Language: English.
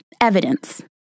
evidence